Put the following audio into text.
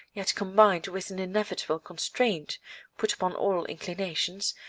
yet combined with an inevitable constraint put upon all inclinations,